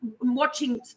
watching